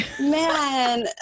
man